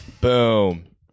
Boom